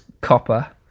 copper